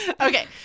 Okay